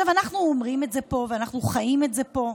אנחנו אומרים את זה פה, ואנחנו חיים את זה פה,